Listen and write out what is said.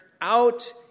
out